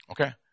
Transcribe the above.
Okay